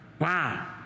Wow